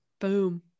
Boom